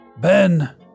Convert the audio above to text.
Ben